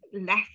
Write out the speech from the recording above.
less